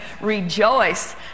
rejoice